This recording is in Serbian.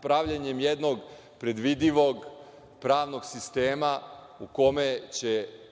pravljenjem jednog predvidivog pravnog sistema u kome će